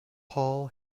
paul